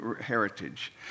heritage